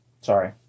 sorry